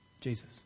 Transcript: Jesus